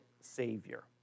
Savior